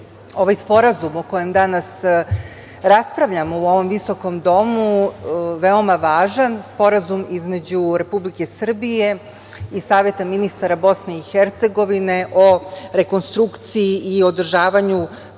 ovaj Sporazum o kojem danas raspravljamo u ovom visokom Domu veoma važan, Sporazum između Republike Srbije i Saveta ministara BiH o rekonstrukciji i održavanju